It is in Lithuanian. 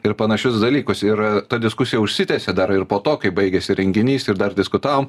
ir panašius dalykus ir ta diskusija užsitęsė dar ir po to kai baigėsi renginys ir dar diskutavom